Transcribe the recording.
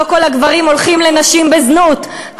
לא כל הגברים הולכים לנשים בזנות,